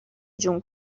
جون